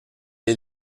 est